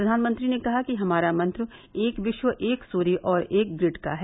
प्रधानमंत्री ने कहा कि हमारा मंत्र एक विश्व एक सूर्य और एक ग्रिड का है